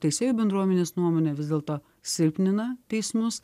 teisėjų bendruomenės nuomone vis dėlto silpnina teismus